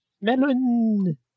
Melon